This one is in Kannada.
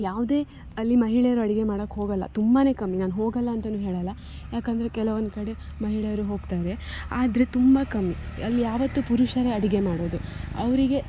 ಯಾವುದೇ ಅಲ್ಲಿ ಮಹಿಳೆಯರು ಅಡಿಗೆ ಮಾಡಕೆ ಹೋಗಲ್ಲ ತುಂಬ ಕಮ್ಮಿ ನಾನು ಹೋಗಲ್ಲ ಅಂತಲೂ ಹೇಳಲ್ಲ ಯಾಕೆಂದ್ರೆ ಕೆಲವೊಂದು ಕಡೆ ಮಹಿಳೆಯರು ಹೋಗ್ತಾರೆ ಆದರೆ ತುಂಬ ಕಮ್ಮಿ ಅಲ್ಲಿ ಯಾವತ್ತೂ ಪುರುಷರೇ ಅಡಿಗೆ ಮಾಡೋದು ಅವರಿಗೆ